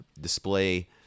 display